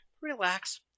relax